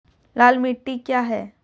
लाल मिट्टी क्या है?